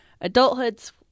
adulthood's